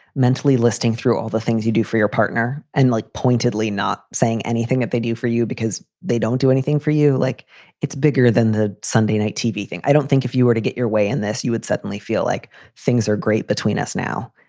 mentally listening through all the things you do for your partner and like, pointedly not saying anything that they do for you because they don't do anything for you, like it's bigger than the sunday night tv thing. i don't think if you were to get your way in this, you would suddenly feel like things are great between us now.